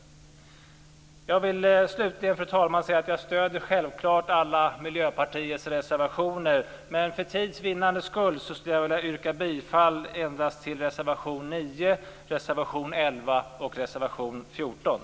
Jag vill slutligen, fru talman, säga att jag självfallet stöder alla Miljöpartiets reservationer, men för tids vinnande yrkar jag bifall endast till reservationerna nr Tack!